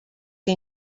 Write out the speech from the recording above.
que